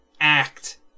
act